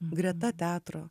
greta teatro